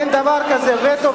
אין דבר כזה וטו,